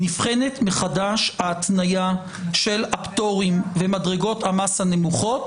נבחנת מחדש ההתניה של הפטורים ומדרגות המס הנמוכות